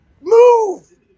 move